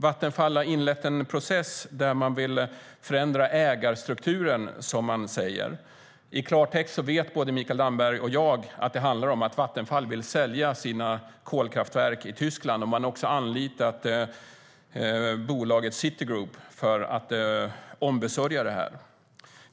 Vattenfall har inlett en process där man vill förändra ägarstrukturen, som man säger. I klartext vet både Mikael Damberg och jag att det handlar om att Vattenfall vill sälja sina kolkraftverk i Tyskland. Man har också anlitat bolaget Citigroup för att ombesörja detta.